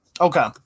Okay